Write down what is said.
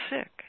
sick